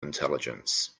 intelligence